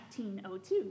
1902